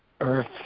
earth